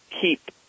keep